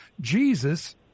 Jesus